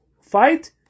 fight